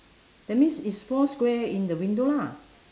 that means it's four square in the window ah